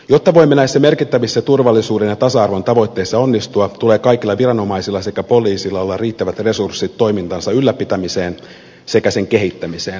jotta voimme näissä merkittävissä turvallisuuden ja tasa arvon tavoitteissa onnistua tulee kaikilla viranomaisilla sekä poliisilla olla riittävät resurssit toimintansa ylläpitämiseen sekä sen kehittämiseen